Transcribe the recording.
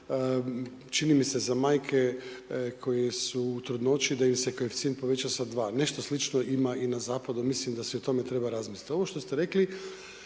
čini mi se za majke koje su u trudnoći da im se koeficijent poveća sa 2, nešto slično ima i na zapadu, mislim da se i o tome treba razmislit. Ovo što ste rekli,